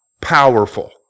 powerful